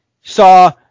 saw